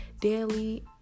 daily